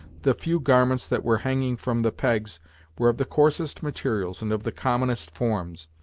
the few garments that were hanging from the pegs were of the coarsest materials and of the commonest forms,